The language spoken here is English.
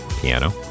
piano